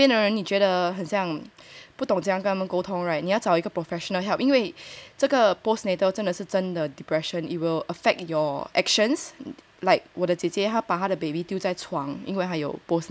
找人帮你旁边的人你觉得很像不懂怎样跟他们沟通 right 你要找一个 professional help 因为这个 post natal 真的是真的 depression it will affect your actions like 我的姐姐他把他的 baby 丢在床因为还有 post natal